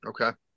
Okay